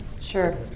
Sure